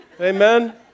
amen